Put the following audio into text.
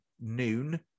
noon